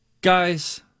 Guys